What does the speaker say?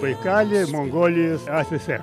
baikale mongolijos ass